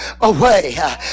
away